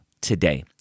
today